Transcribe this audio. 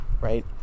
right